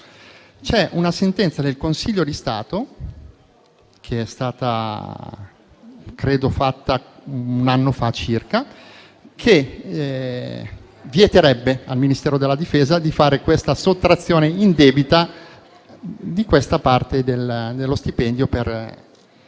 C'è una sentenza del Consiglio di Stato, che è stata emanata circa un anno fa, che vieterebbe al Ministero della difesa di fare questa sottrazione indebita di parte dello stipendio.